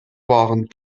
waren